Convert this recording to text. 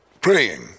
praying